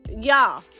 y'all